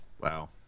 Wow